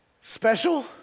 Special